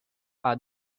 are